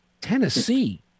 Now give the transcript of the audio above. Tennessee